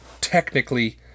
technically